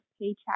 paycheck